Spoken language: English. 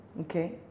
okay